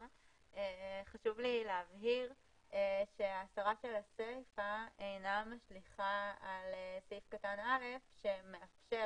חשוב לי להבהיר שהסרה של הסיפה אינה משליכה על סעיף קטן (א) שמאפשר